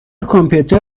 کامپیوتر